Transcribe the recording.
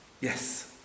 Yes